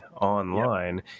online